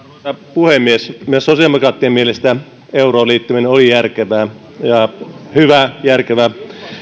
puhemies meidän sosiaalidemokraattien mielestä euroon liittyminen oli järkevää ja hyvä järkevä